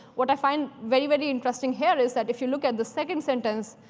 what i find very, very interesting here is that if you look at the second sentence,